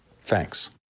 Thanks